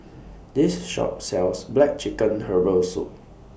This Shop sells Black Chicken Herbal Soup